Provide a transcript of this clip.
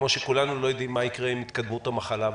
כמו שכולנו לא יודעים מה יקרה עם התקדמות המחלה,